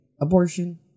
abortion